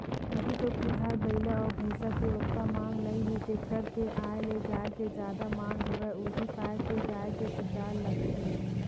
अभी तो फिलहाल बइला अउ भइसा के ओतका मांग नइ हे टेक्टर के आय ले गाय के जादा मांग हवय उही पाय के गाय के बजार लगथे